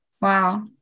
Wow